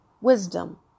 Wisdom